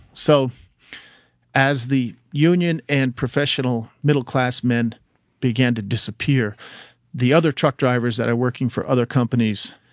so as the union and professional middle class men began to disappear the other truck drivers that are working for other companies,